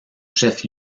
chef